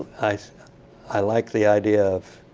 i so i like the idea of